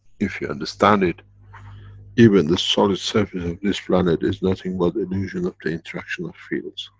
if you understand it even the solid surface of this planet, is nothing but the illusion of the interaction of fields.